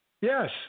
yes